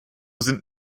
sind